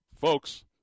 folks